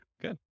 Good